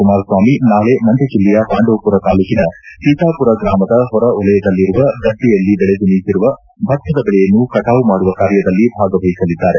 ಕುಮಾರಸ್ನಾಮಿ ನಾಳೆ ಮಂಡ್ನ ಜಿಲ್ಲೆಯ ಪಾಂಡವಪುರ ತಾಲ್ಲೂಕಿನ ಸೀತಾಪುರ ಗ್ರಾಮದ ಹೊರಹೊಲಯದಲ್ಲಿರುವ ಗದ್ದೆಯಲ್ಲಿ ಬೆಳೆದು ನಿಂತಿರುವ ಭತ್ತದ ಬೆಳೆಯನ್ನು ಕಟಾವು ಮಾಡುವ ಕಾರ್ಯದಲ್ಲಿ ಭಾಗವಹಿಸಲಿದ್ದಾರೆ